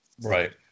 Right